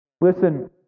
Listen